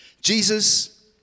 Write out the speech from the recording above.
Jesus